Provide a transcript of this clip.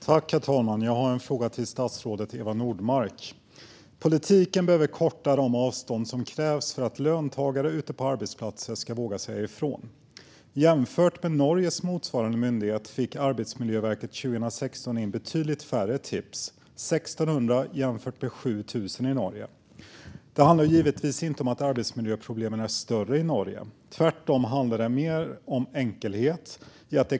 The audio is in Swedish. Herr talman! Jag har en fråga till statsrådet Eva Nordmark. Politiken behöver korta de avstånd som måste övervinnas för att löntagare ute på arbetsplatser ska våga säga ifrån. Jämfört med Norges motsvarande myndighet fick Arbetsmiljöverket 2016 in betydligt färre tips, 1 600 jämfört med 7 000. Det handlar givetvis inte om att arbetsmiljöproblemen skulle vara större i Norge. I stället handlar det om enkelhet och trygghet.